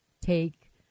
take